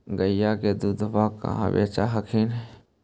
गईया के दूधबा कहा बेच हखिन?